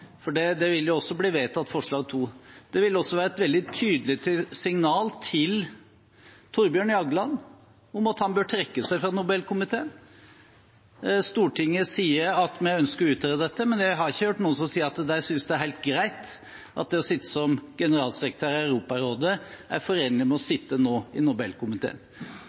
vil også bli vedtatt – til Thorbjørn Jagland om at han bør trekke seg fra Nobelkomiteen. Stortinget sier at vi ønsker å utrede dette, men jeg har ikke hørt noen si at det å sitte som generalsekretær i Europarådet er helt greit og forenlig med å sitte i Nobelkomiteen nå. Så jeg mener at dette bør være et veldig tydelig signal også om at han bør vurdere sin plass i Nobelkomiteen.